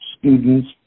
students